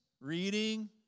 Reading